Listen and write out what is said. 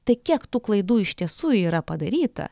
tai kiek tų klaidų iš tiesų yra padaryta